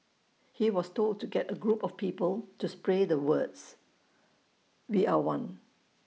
he was told to get A group of people to spray the words we are one